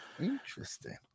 Interesting